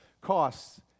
costs